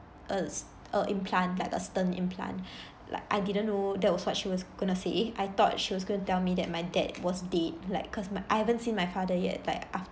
a s~ a implant like a stent implant like I didn't know that was what she was going to say I thought she was going to tell me that my dad was dead like cause my I've haven't seen my father yet like